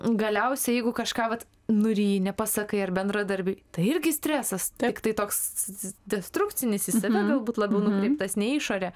galiausiai jeigu kažką vat nuryji nepasakai ar bendradarbiui tai irgi stresas tiktai toks destrukcinis į save galbūt labiau nukreiptas ne į išorę